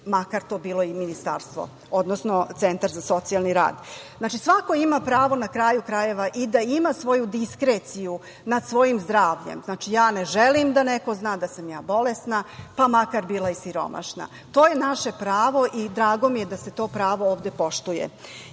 makar to bilo i ministarstvo, odnosno centar za socijalni rad. Znači, svako ima pravo, na kraju krajeva, i da ima svoju diskreciju nad svojim zdravljem. Znači, ja ne želim da neko zna da sam ja bolesna, pa makar bila i siromašna. To je naše pravo i drago mi je da se to pravo ovde poštuje. Isto